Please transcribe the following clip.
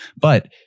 But-